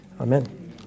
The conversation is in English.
amen